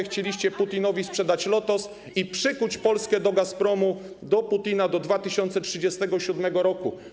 Chcieliście Putinowi sprzedać Lotos i przykuć Polskę do Gazpromu, do Putina do 2037 r.